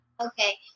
Okay